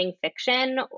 fiction